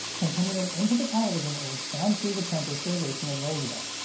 continuing into the television age and through the transistorization of radio,